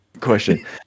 question